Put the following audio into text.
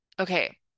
okay